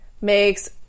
Makes